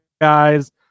guys